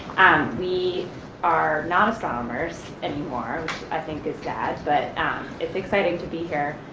we are not astronomers, anymore i think is sad, but it's exciting to be here,